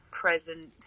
present